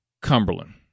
Cumberland